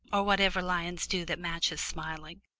or whatever lions do that matches smiling.